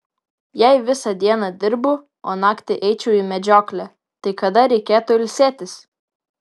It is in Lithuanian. jei visą dieną dirbu o naktį eičiau į medžioklę tai kada reikėtų ilsėtis